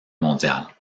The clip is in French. mondiale